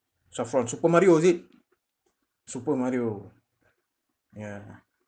saffron super mario is it super mario ya